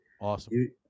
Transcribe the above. Awesome